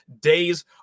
days